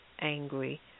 angry